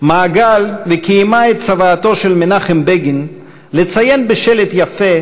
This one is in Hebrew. מעגל וקיימה את צוואתו של מנחם בגין לציין בשלט יפה